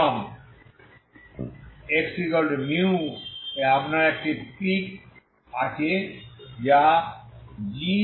এবং xμ এ আপনার একটি পিক আছে যা gx12σ2